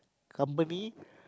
company